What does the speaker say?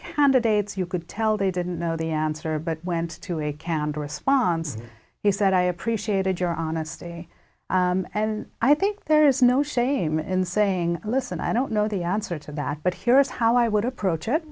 candidates you could tell they didn't know the answer but went to a canned response is that i appreciated your honesty and i think there's no shame in saying listen i don't know the answer to that but here is how i would approach it